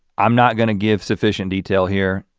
i'm not gonna give sufficient detail here.